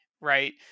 right